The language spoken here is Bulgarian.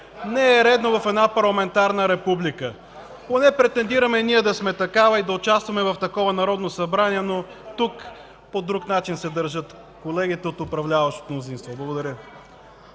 Не е редно в една парламентарна република! Поне претендираме ние да сме такава и да участваме в такова Народно събрание, но тук по друг начин се държат колегите от управляващото мнозинство. Благодаря.